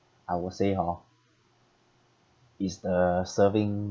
I will say hor is the serving